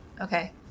Okay